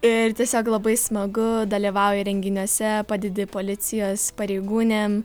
ir tiesiog labai smagu dalyvauji renginiuose padedi policijos pareigūnėm